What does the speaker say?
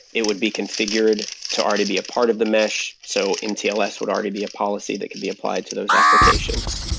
it would be configured to already be a part of the mesh. so mtls would already be a policy that could be applied to those applications.